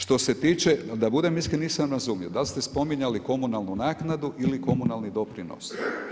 Što se tiče, da budem iskren nisam razumio, da li ste spominjali komunalnu naknadu ili komunalni doprinos.